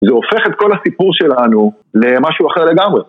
זה הופך את כל הסיפור שלנו למשהו אחר לגמרי.